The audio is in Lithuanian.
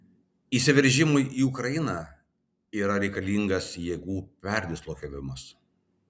įsiveržimui į ukrainą yra reikalingas jėgų perdislokavimas